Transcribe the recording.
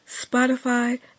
Spotify